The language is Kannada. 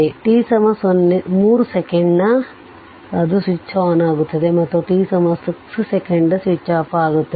t 3 ಸೆಕೆಂಡ್ ಅದು ಸ್ವಿಚ್ ಒನ್ ಆಗುತ್ತದೆ ಮತ್ತು t6 ಸೆಕೆಂಡ್ ಸ್ವಿಚ್ ಆಫ್ ಆಗುತ್ತದೆ